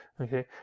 okay